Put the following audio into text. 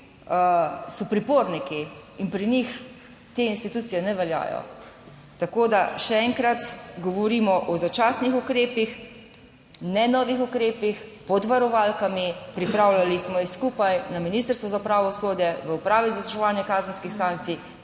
so priporniki in pri njih te institucije ne veljajo. Tako da, še enkrat, govorimo o začasnih ukrepih, ne novih ukrepih pod varovalkami. Pripravljali smo jih skupaj na Ministrstvu za pravosodje, v Upravi za izvrševanje kazenskih sankcij.